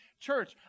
church